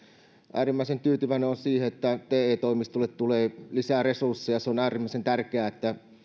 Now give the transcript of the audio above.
äärimmäisen tyytyväinen olen siihen että te toimistolle tulee lisää resursseja se on äärimmäisen tärkeää että